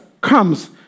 comes